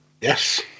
Yes